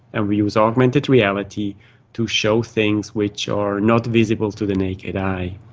and we use augmented reality to show things which are not visible to the naked eye.